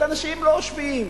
אלה אנשים לא שפויים.